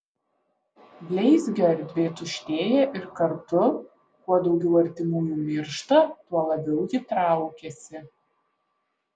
bleizgio erdvė tuštėja ir kartu kuo daugiau artimųjų miršta tuo labiau ji traukiasi